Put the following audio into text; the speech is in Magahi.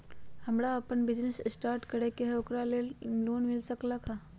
हमरा अपन बिजनेस स्टार्ट करे के है ओकरा लेल लोन मिल सकलक ह?